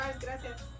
Gracias